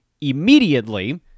immediately